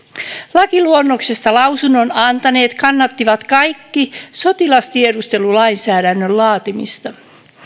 lakiluonnoksesta lausunnon antaneet kannattivat kaikki sotilastiedustelulainsäädännön laatimista